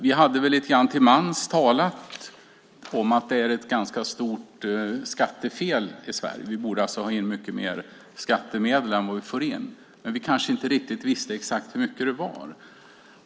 Vi hade väl lite till mans talat om att det är ett ganska stort skattefel i Sverige. Vi borde ha in mycket mer skattemedel än vad vi får in, men vi kanske inte visste exakt hur mycket det var.